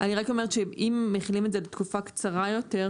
אני רק אומרת שאם מחילים את זה בתקופה קצרה יותר,